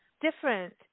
different